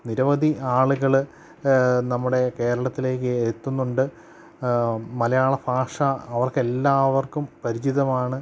നിരവധി ആളുകള് നമ്മുടെ കേരളത്തിലേക്ക് എത്തുന്നുണ്ട് മലയാള ഭാഷ അവർക്കെല്ലാവർക്കും പരിചിതമാണ്